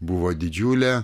buvo didžiulė